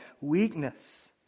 weakness